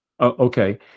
Okay